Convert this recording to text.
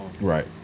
Right